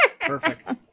Perfect